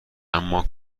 اما